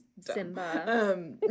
simba